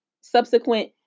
subsequent